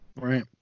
Right